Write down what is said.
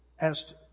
asked